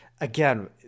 again